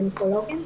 גניקולוגים.